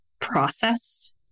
process